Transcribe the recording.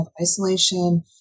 isolation